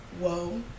whoa